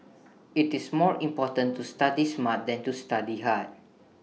IT is more important to study smart than to study hard